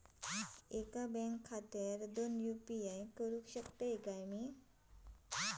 एका बँक खात्यावर दोन यू.पी.आय करुक शकतय काय?